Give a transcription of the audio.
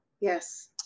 Yes